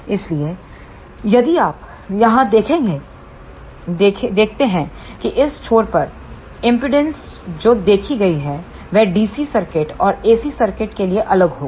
इसलिए यदि आप यहां देखते हैं कि इस छोर पर इंपेडेंस जो देखी गई है वह डीसी सर्किट और एसी सर्किट के लिए अलग होगा